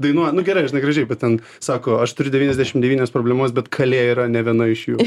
dainuoja nu gerai žinai gražiai bet ten sako aš turiu devyniasdešim devynias problemas bet kalė yra ne viena iš jų